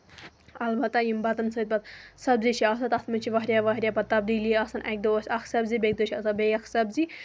اَلبتہ یِم بَتن سۭتۍ پَتہٕ سَبزی چھِ آسان تَتھ منٛز چھِ واریاہ واریاہ پَتہٕ تَبدیٖلی آسان اَکہِ دۄہ ٲس اکھ سَبزی بیٚیہِ کہِ دۄہ چھِ آسان بیاکھ سبزی